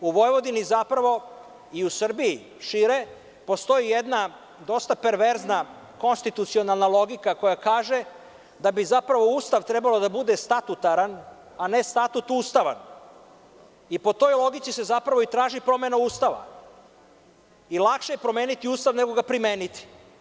U Vojvodine zapravo i u Srbiji šire postoji jedna dosta perverzna konstitucionalna logika koja kaže da bi zapravo Ustav trebao da bude statutaran, a ne Statut ustavan i po toj logici se zapravo traži promena Ustava i lakše je promeniti Ustav nego ga primeniti.